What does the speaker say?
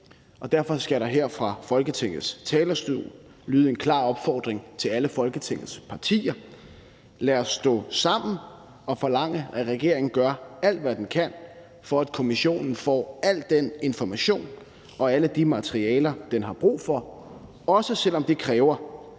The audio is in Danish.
derfor skal der her fra Folketingets talerstol lyde en klar opfordring til alle Folketingets partier: Lad os stå sammen og forlange, at regeringen gør alt, hvad den kan, for at kommissionen får al den information og alle de materialer, den har brug for, også selv om det kræver,